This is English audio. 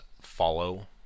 follow